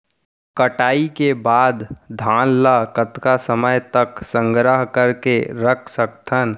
कटाई के बाद धान ला कतका समय तक संग्रह करके रख सकथन?